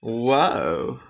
!wow!